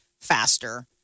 faster